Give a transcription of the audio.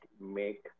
make